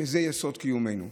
שזה יסוד קיומנו.